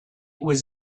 was